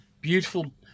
beautiful